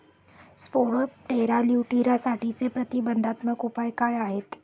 Spodoptera लिट्युरासाठीचे प्रतिबंधात्मक उपाय काय आहेत?